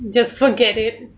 just forget it